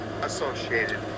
associated